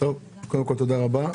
תודה רבה.